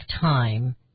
time